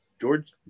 George